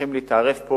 שצריכים להתערב פה.